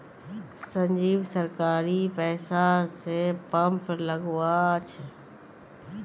संजीव सरकारी पैसा स पंप लगवा छ